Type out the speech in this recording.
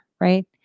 right